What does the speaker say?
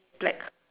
black